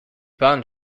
bahn